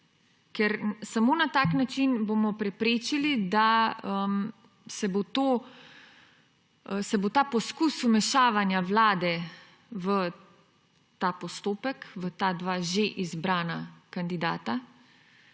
bomo samo na tak način preprečili, da se bo ta poskus vmešavanja Vlade v ta postopek, v ta dva že izbrana kandidata